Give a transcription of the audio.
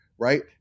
Right